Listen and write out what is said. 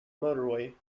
motorway